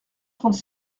trente